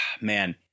man